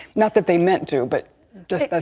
not that they meant to, but just that's